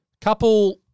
couple